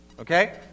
Okay